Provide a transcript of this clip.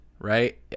right